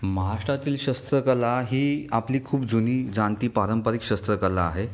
महाष्टातील शस्त्रकला ही आपली खूप जुनी जाणती पारंपरिक शस्त्र कला आहे